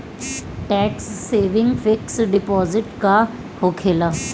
Tax saving fix deposit का होखे ला?